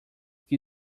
que